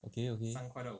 okay okay